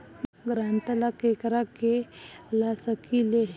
ग्रांतर ला केकरा के ला सकी ले?